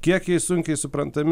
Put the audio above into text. kiekiai sunkiai suprantami